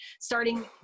Starting